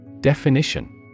Definition